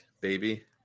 baby